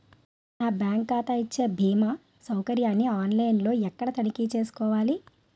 నా బ్యాంకు ఖాతా ఇచ్చే భీమా సౌకర్యాన్ని ఆన్ లైన్ లో ఎక్కడ తనిఖీ చేసుకోవాలి?